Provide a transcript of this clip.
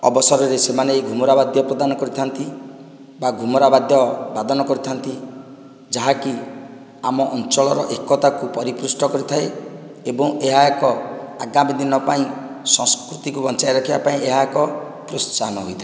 ଅବସରରେ ସେମାନେ ଏହି ଘୁମୁରା ବାଦ୍ୟ ପ୍ରଦାନ କରିଥାନ୍ତି ବା ଘୁମୁରା ବାଦ୍ୟ ବାଦନ କରିଥାନ୍ତି ଯାହାକି ଆମ ଅଞ୍ଚଳର ଏକତାକୁ ପରିପୃଷ୍ଟ କରିଥାଏ ଏବଂ ଏହା ଏକ ଆଗାମୀ ଦିନ ପାଇଁ ସଂସ୍କୃତିକୁ ବଞ୍ଚାଇ ରଖିବା ପାଇଁ ଏହା ଏକ ପ୍ରୋତ୍ସାହନ ହୋଇଥାଏ